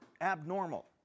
abnormal